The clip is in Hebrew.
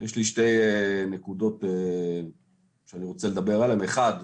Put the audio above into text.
יש לי שתי נקודות שאני רוצה לדבר עליהן, אחת,